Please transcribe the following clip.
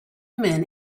men